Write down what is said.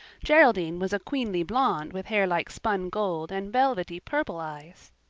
geraldine was a queenly blonde with hair like spun gold and velvety purple eyes.